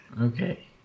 Okay